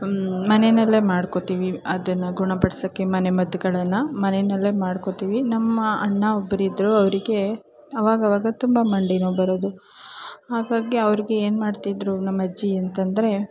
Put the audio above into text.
ಮನೆಯಲ್ಲೆ ಮಾಡ್ಕೊತೀವಿ ಅದನ್ನು ಗುಣಪಡಿಸೋಕೆ ಮನೆ ಮದ್ಗಳನ್ನು ಮನೆಯಲ್ಲೆ ಮಾಡ್ಕೊತೀವಿ ನಮ್ಮ ಅಣ್ಣ ಒಬ್ಬರಿದ್ರು ಅವರಿಗೆ ಅವಾಗಾವಾಗ ತುಂಬ ಮಂಡಿ ನೋವು ಬರೋದು ಹಾಗಾಗಿ ಅವ್ರಿಗೆ ಏನು ಮಾಡ್ತಿದ್ದರು ನಮ್ಮ ಅಜ್ಜಿ ಅಂತಂದರೆ